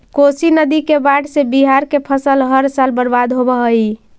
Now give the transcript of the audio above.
कोशी नदी के बाढ़ से बिहार के फसल हर साल बर्बाद होवऽ हइ